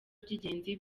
by’ingenzi